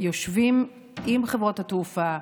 יושבים עם חברות התעופה,